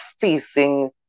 facing